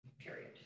period